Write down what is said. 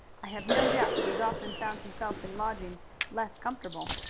i have no doubt he has often found himself in lodgings less comfortable.